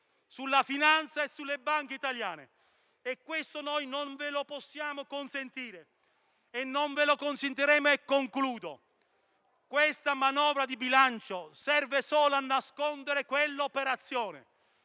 sulla finanza e sulle banche italiane. Noi non ve lo possiamo consentire e non ve lo consentiremo. La manovra di bilancio serve solo a nascondere quell'operazione.